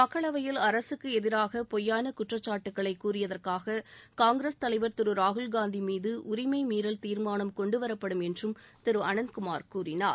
மக்களவையில் அரசுக்கு எதிராக பொய்யான குற்றச்சாட்டுக்களை கூறியதற்காக காங்கிரஸ் தலைவர் திரு ராகுல் காந்தி மீது உரிமை மீறல் தீர்மானம் கொண்டுவரப்படும் என்றும் திரு அனந்தகுமார் கூறினார்